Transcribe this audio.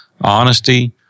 Honesty